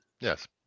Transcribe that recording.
yes